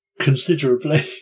considerably